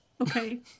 Okay